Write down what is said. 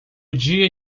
dia